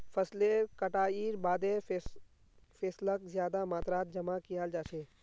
फसलेर कटाईर बादे फैसलक ज्यादा मात्रात जमा कियाल जा छे